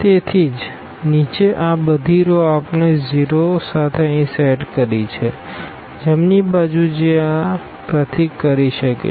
તેથી નીચે આ બધી રો આપણે 0s સાથે અહીં સેટ કરી છે જમણી બાજુ જે આ સિમ્બોલ કરી શકે છે